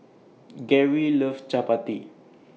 Garry loves Chappati